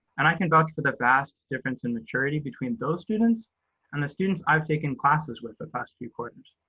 and i can vouch for the vast difference in maturity between those students and the students i've taken classes with the past few quarters.